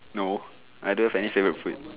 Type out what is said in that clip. no I don't have any favourite food